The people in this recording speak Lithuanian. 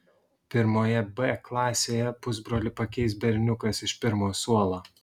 pirmoje b klasėje pusbrolį pakeis berniukas iš pirmo suolo